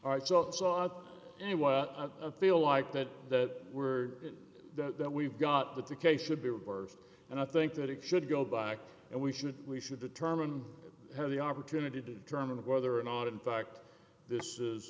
all right so so i feel like that that we're that we've got that the case should be reversed and i think that it should go back and we should we should determine have the opportunity to determine whether or not in fact this is